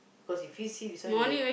cause if he see this one he